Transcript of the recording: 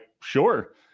sure